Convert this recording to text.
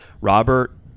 Robert